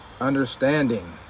Understanding